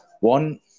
one